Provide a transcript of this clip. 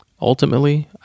Ultimately